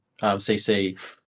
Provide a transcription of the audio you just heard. CC